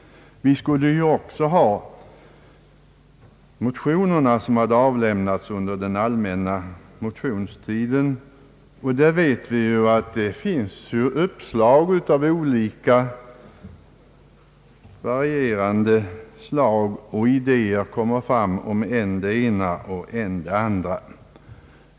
Vi skulle också ha de motioner som hade avlämnats under den allmänna motionstiden. Vi vet ju att där finns varierande uppslag och idéer om det ena och det andra.